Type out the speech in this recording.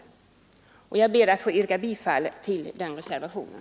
Jag ber att få yrka bifall till den reservationen.